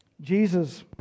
Jesus